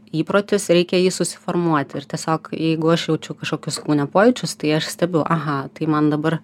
įprotis reikia jį susiformuoti ir tiesiog jeigu aš jaučiu kažkokius kūno pojūčius tai aš stebiu aha tai man dabar